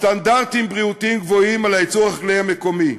סטנדרטים בריאותיים גבוהים על הייצור החקלאי המקומי,